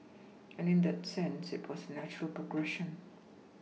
and in that sense this was the natural progression